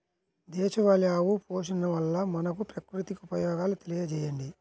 దేశవాళీ ఆవు పోషణ వల్ల మనకు, ప్రకృతికి ఉపయోగాలు తెలియచేయండి?